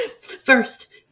First